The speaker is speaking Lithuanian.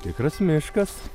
tikras miškas